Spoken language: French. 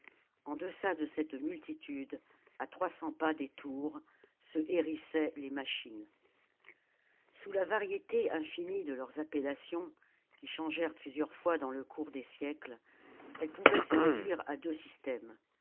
en deçà de cette multitude à trois cents pas des tours se hérissaient les machines sous la variété infinie de leurs appellations qui changèrent plusieurs fois dans le cours des siècles elles pouvaient se réduire à deux systèmes